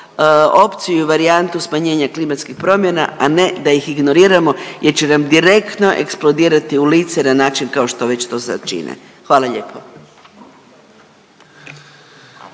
opciju i varijantu smanjenja klimatskih promjena, a ne da ih ignoriramo jer će nam direktno eksplodirati u lice na način kao što već to sad čine. Hvala lijepo.